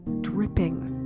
dripping